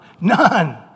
none